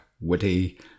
witty